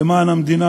למען המדינה,